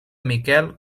miquel